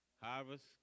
Harvest